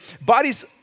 bodies